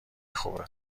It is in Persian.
خوبه